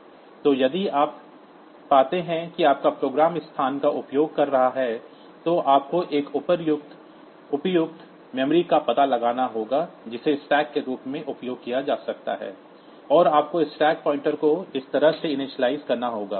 तो यदि आप पाते हैं कि आपका प्रोग्राम इस स्थान का उपयोग कर रहा है तो आपको एक उपयुक्त मेमोरी का पता लगाना होगा जिसे स्टैक के रूप में उपयोग किया जा सकता है और आपको स्टैक पॉइंटर को इस तरह से इनिशियलाइज़ करना होगा